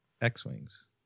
X-Wings